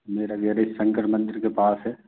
मेरा गेरज शंकर मंदिर के पास है